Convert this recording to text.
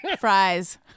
fries